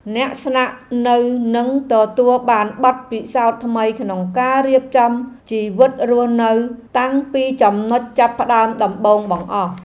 អ្នកស្នាក់នៅនឹងទទួលបានបទពិសោធន៍ថ្មីក្នុងការរៀបចំជីវិតរស់នៅតាំងពីចំណុចចាប់ផ្ដើមដំបូងបង្អស់។